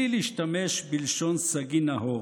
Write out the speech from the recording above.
בלי להשתמש בלשון סגי נהור,